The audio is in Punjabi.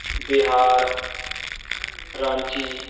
ਬਿਹਾਰ ਰਾਂਚੀ